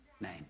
name